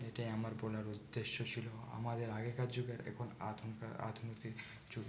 এটা আমার বলার উদ্দেশ্য ছিল আমাদের আগেকার যুগে এখন আধুনিক যুগ